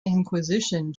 inquisition